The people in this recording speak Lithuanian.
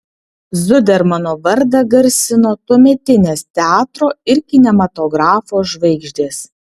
zudermano vardą garsino tuometinės teatro ir kinematografo žvaigždės